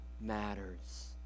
matters